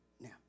now